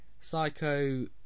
Psycho